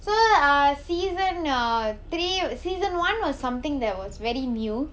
so uh season ah three season one was something that was very new